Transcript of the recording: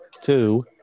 Two